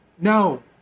no